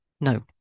no